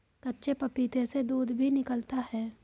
कच्चे पपीते से दूध भी निकलता है